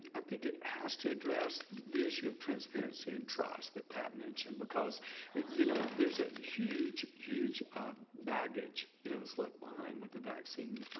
i think it has to address the issue of transparency and trust that pat mentioned, because you know there's a huge, huge baggage you know that's left behind with the vaccine,